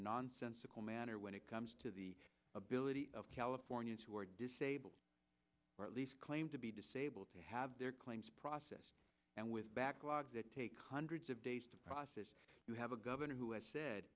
nonsensical manner when it comes to the ability of californians who are disabled or at least claim to be disabled to have their claims processed and with backlogs that take hundreds of days to process you have a governor who has said